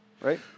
right